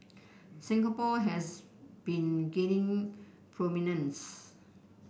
Singapore has been gaining prominence